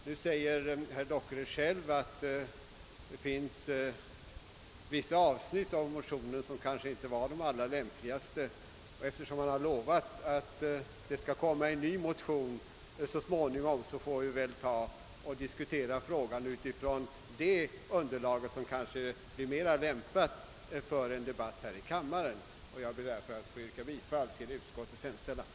Nu säger herr Dockered själv, att vissa avsnitt i motionen kanske inte är de allra lämpligaste. Eftersom han har lovat att det skall komma en ny motion så småningom, får vi väl då diskutera frågan utifrån det underlaget som kanske blir mer lämpat för en debatt här i kammaren. Herr talman! Jag ber att få yrka bifall till utskottets hemställan.